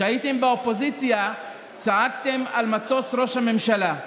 כשהייתם באופוזיציה צעקתם שוב ושוב על מטוס ראש הממשלה,